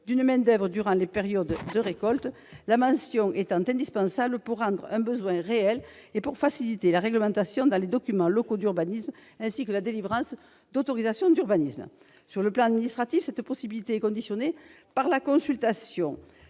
d'une main-d'oeuvre durant les périodes de récoltes, la mention étant indispensable pour répondre à un besoin réel et faciliter la réglementation dans les documents locaux d'urbanisme et la délivrance des autorisations d'urbanisme. Sur le plan administratif, cette possibilité est conditionnée par la consultation